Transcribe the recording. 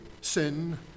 sin